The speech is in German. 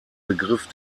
begriff